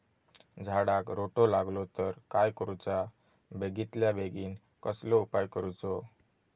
झाडाक रोटो लागलो तर काय करुचा बेगितल्या बेगीन कसलो उपाय करूचो?